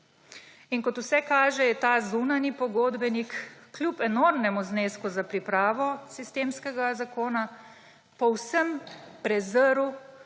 In kot vse kaže, je ta zunanji pogodbenik kljub enormnemu znesku za pripravo sistemskega zakona povsem prezrl